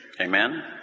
Amen